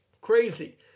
Crazy